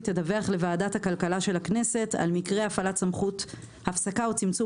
תדווח לוועדת הכלכלה של הכנסת על מקרי הפעלת סמכות הפסקה או צמצום